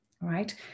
right